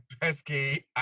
pesky